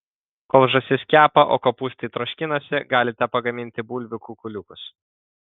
kol žąsis kepa o kopūstai troškinasi galite pagaminti bulvių kukuliukus